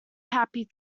happy